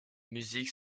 musiques